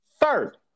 Third